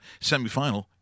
semifinal